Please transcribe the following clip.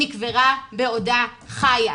נקברה בעודה חיה.